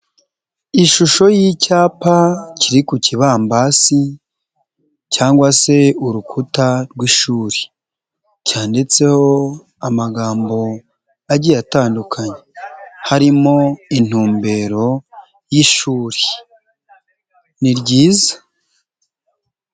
Ishusho y'icyapa kiri ku kibambasi cyangwa se urukuta rw'ishuri, cyanditseho amagambo agiye atandukanye, harimo intumbero y'i ishuri ni ryiza.